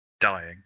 dying